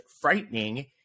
frightening